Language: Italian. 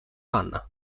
hannah